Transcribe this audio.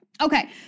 Okay